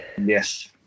Yes